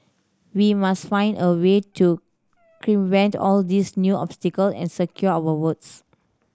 we must find a way to vent all these new obstacle and secure our votes